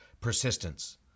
persistence